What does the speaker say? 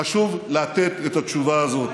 חשוב לתת את התשובה הזאת.